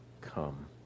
come